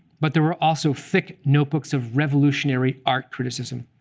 but there were also thick notebooks of revolutionary art criticism,